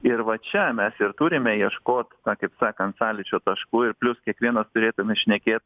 ir va čia mes ir turime ieškot na kaip sakant sąlyčio taškų ir plius kiekvienas turėtume šnekėt